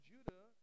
Judah